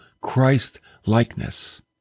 Christ-likeness